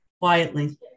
quietly